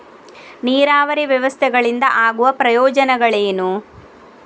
ನೀರಾವರಿ ವ್ಯವಸ್ಥೆಗಳಿಂದ ಆಗುವ ಪ್ರಯೋಜನಗಳೇನು?